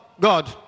God